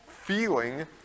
feeling